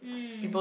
mm